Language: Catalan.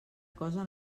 cosa